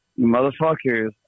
Motherfuckers